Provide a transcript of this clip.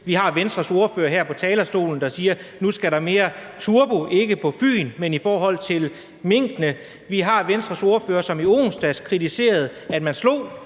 Vi har Venstres ordfører her på talerstolen, der siger, at nu skal der mere turbo, ikke på Fyn, men i forhold til minkene, Vi har Venstres ordfører, som i onsdags kritiserede, at man slog